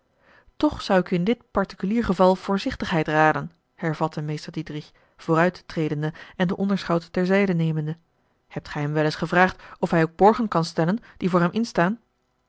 toch zou ik u in dit particulier geval voorzichtigheid raden hervatte meester diedrich vooruittredende en den onderschout ter zijde nemende hebt gij hem wel eens gevraagd of hij ook borgen kan stellen die voor hem instaan